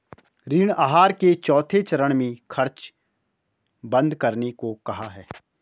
ऋण आहार के चौथे चरण में खर्च बंद करने को कहा है